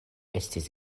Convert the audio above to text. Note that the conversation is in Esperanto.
estis